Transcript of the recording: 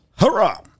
Hurrah